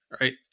right